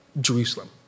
Jerusalem